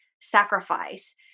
sacrifice